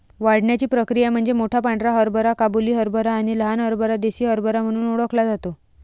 वाढण्याची प्रक्रिया म्हणजे मोठा पांढरा हरभरा काबुली हरभरा आणि लहान हरभरा देसी हरभरा म्हणून ओळखला जातो